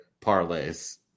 parlays